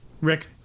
Rick